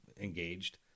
engaged